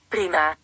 Prima